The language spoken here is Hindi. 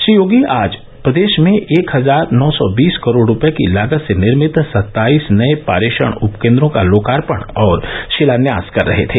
श्री योगी आज प्रदेश में एक हजार नौ सौ बीस करोड़ रूपये की लागत से निर्मित सत्ताईस नये परिषण उपकेन्द्रों का लोकार्पण और शिलान्यास कर रहे थे